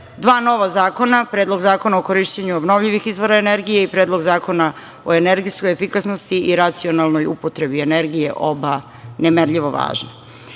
dva nova zakona, Predlog zakona o korišćenju obnovljivih izvora energije i Predlog zakona o energetskoj efikasnosti i racionalnoj upotrebi energije, oba nemerljivo